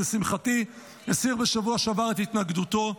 ולשמחתי הסיר בשבוע שעבר את התנגדותו.